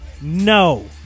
no